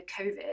COVID